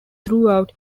throughout